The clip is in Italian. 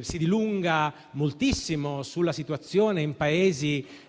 si dilunga moltissimo sulla situazione in Paesi